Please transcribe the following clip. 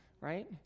right